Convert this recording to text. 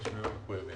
בשינויים המחויבים,